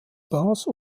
bars